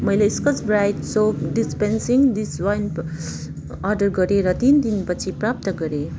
मैले Scotch Brite soap dispensing dishwand order गरे र तिन दिनपछि प्राप्त गरे